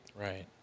Right